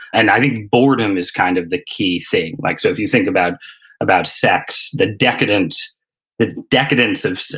and i think boredom is kind of the key thing. like so if you think about about sex, the decadence the decadence of,